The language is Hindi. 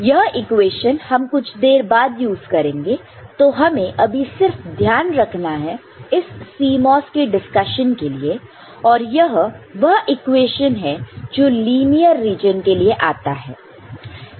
यही इक्वेशन हम कुछ देर बाद यूज़ करेंगे तो हमें अभी सिर्फ ध्यान रखना है इस CMOS के डिस्कशन के लिए और यह वह इक्वेशन है जो लीनियर रीजन के लिए आता है